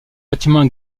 bâtiments